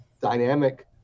dynamic